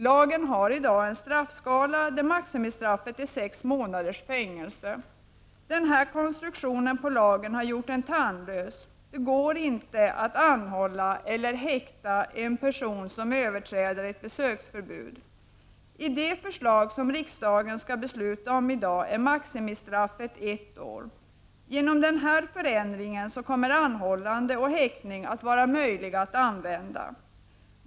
Lagen har i dag en straffskala som innebär att maximistraffet för brott mot denna lag är sex månaders fängelse. Den här konstruktionen på lagen har gjort den tandlös. Det går inte att anhålla eller häkta en person som överträder ett besöksförbud. Enligt det förslag som riksdagen nu skall fatta beslut om är maximistraffet ett år. Genom den här förändringen kommer anhållande och häktning att vara möjliga.